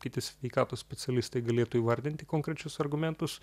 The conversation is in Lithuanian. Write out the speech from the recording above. kiti sveikatos specialistai galėtų įvardinti konkrečius argumentus